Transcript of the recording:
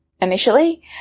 initially